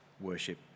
worship